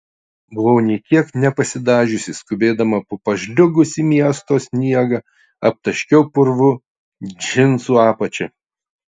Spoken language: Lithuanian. buvau nė kiek nepasidažiusi skubėdama po pažliugusį miesto sniegą aptaškiau purvu džinsų apačią